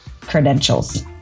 credentials